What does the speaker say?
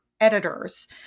editors